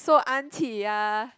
so aunty ya